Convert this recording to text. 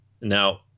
Now